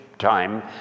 time